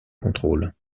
contrôles